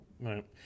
Right